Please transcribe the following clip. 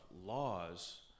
laws